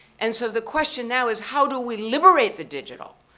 and so the question now is how do we liberate the digital?